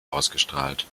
ausgestrahlt